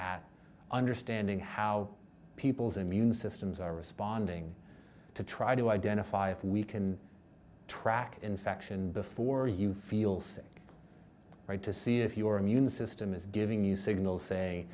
at understanding how people's immune systems are responding to try to identify if we can track infection before you feel sick right to see if your immune system is giving you signals say